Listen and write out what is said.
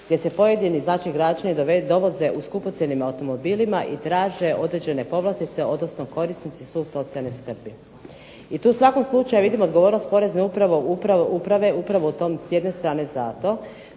gdje se pojedini znači građani dovoze u skupocjenim automobilima i traže određene povlastice, odnosno korisnici su socijalne skrbi. I tu u svakom slučaju vidim odgovornost porezne uprave upravo u tom, s jedne strane, zato